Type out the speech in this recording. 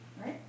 right